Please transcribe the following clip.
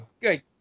Good